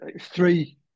three